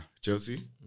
Chelsea